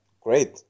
Great